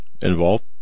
involved